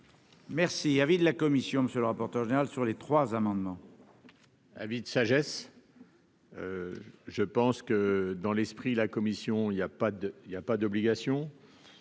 Merci, avis de la commission, monsieur le rapporteur général sur les trois amendements. Avis de sagesse. Je pense que dans l'esprit, la commission il y a pas de il